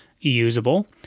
usable